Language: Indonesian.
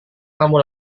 kamu